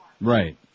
Right